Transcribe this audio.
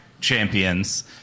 Champions